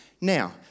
Now